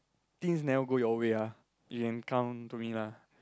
things never go your way ah you can come to me lah